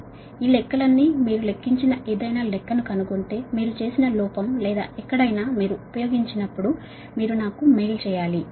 మీ అందరికీ ఈ లెక్కలన్నీ మీరు లెక్కించిన ఏదైనా లెక్కను కనుగొంటే మీరు చేసిన లోపం లేదా ఎక్కడైనా మీరు ఉపయోగించినప్పుడు మీరు నాకు మెయిల్ చేయాలి